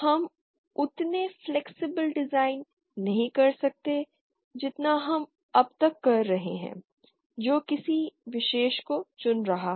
हम उतने flexible design नहीं कर सकते जितना हम अब तक कर रहे हैं जो किसी विशेष को चुन रहा है